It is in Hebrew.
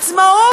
העצמאות,